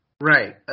Right